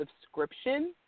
subscription